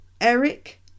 eric